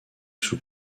sous